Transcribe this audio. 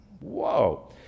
Whoa